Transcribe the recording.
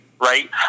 right